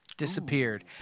Disappeared